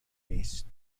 نیست